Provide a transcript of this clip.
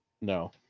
no